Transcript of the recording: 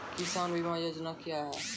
किसान बीमा योजना क्या हैं?